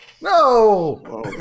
No